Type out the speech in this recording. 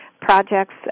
projects